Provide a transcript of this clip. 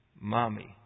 mommy